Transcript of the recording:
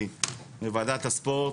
מוועדת הספורט,